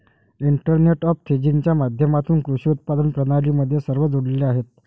internet of थिंग्जच्या माध्यमातून कृषी उत्पादन प्रणाली मध्ये सर्व जोडलेले आहेत